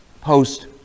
post